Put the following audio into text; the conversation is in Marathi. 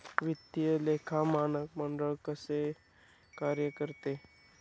वित्तीय लेखा मानक मंडळ कसे कार्य करते?